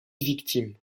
victime